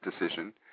decision